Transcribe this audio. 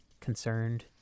concerned